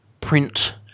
print